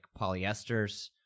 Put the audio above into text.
polyesters